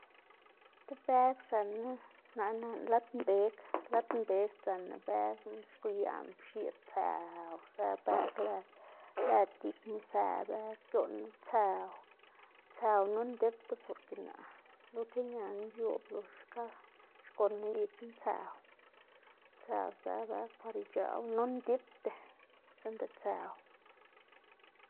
tib beg zënná nana lad mbeg, lad mbeg sdzënná begna xguyaꞌná pxiꞌd tsëw së beg lëd lëd gikma së beg gioꞌnu tsëw, tsëw no ndipta porke naꞌ, lo keñaná yoꞌb lox xka xgonná gikná tsëw, tsëw dzë beg par ic̲h̲aꞌwu no ndipda sinda tsëw.